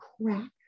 crack